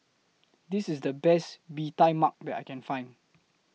This IS The Best Bee Tai Mak that I Can Find